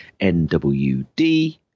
NWD